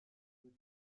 the